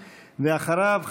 ואחריו,